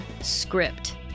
script